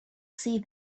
see